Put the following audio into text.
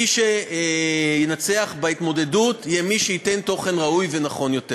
מי שינצח בהתמודדות יהיה מי שייתן תוכן ראוי ונכון יותר,